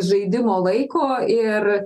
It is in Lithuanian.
žaidimo laiko ir